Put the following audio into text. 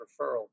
referral